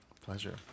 Pleasure